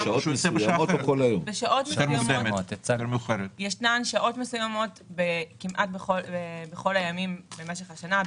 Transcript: יש שעות מסוימות כמעט בכל הימים במשך השנה,